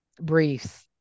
briefs